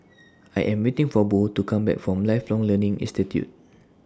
I Am waiting For Bo to Come Back from Lifelong Learning Institute